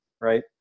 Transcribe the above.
right